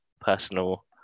personal